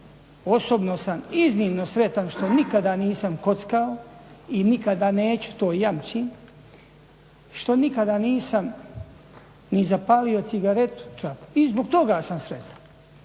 Osobno sam iznimno sretan što nikada nisam kockao i nikada neću, to jamčim, što nikada nisam ni zapalio cigaretu čak i zbog toga sam sretan.